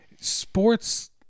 sports